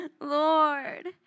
Lord